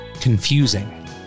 Confusing